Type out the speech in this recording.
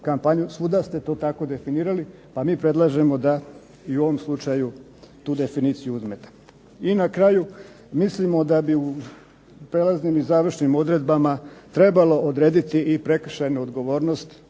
svuda ste to tako definirali, pa mi predlažemo da i u ovom slučaju tu definiciju uzmete. I na kraju, mislimo da bi u prelaznim i završnim odredbama trebalo odrediti i prekršajnu odgovornost